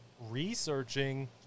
researching